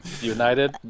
United